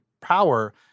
power